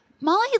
Molly